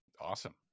Awesome